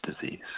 disease